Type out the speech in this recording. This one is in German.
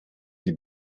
sie